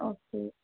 okay